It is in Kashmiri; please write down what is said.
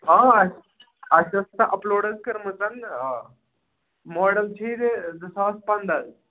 آ اَسہِ اَسہِ ٲسۍ سۅ اَپ لوڈ حظ کٔرمٕژ آ ماڈَل چھِ یہِ زٕ ساس پنٛداہ حظ